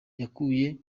yakuye